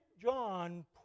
John